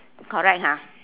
correct ha